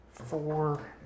Four